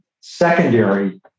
secondary